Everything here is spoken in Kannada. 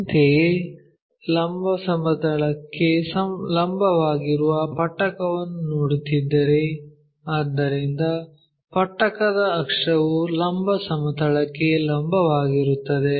ಅಂತೆಯೇ ಲಂಬ ಸಮತಲಕ್ಕೆ ಲಂಬವಾಗಿರುವ ಪಟ್ಟಕವನ್ನು ನೋಡುತ್ತಿದ್ದರೆ ಆದ್ದರಿಂದ ಪಟ್ಟಕದ ಅಕ್ಷವು ಲಂಬ ಸಮತಲಕ್ಕೆ ಲಂಬವಾಗಿರುತ್ತದೆ